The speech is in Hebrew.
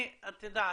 את יודעת,